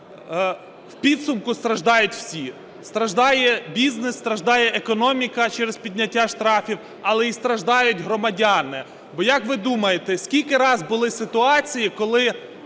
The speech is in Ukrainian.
в підсумку страждають всі: страждає бізнес, страждає економіка через підняття штрафів, але й страждають громадяни. Бо, як ви думаєте, скільки раз були ситуації, коли